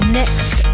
next